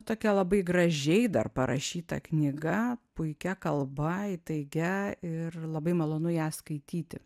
tokia labai gražiai dar parašyta knyga puikia kalba įtaigia ir labai malonu ją skaityti